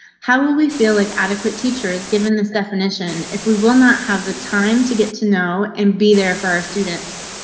how will we feel like adequate teachers? given this definition, if we will not have the time to get to know and be there for our students?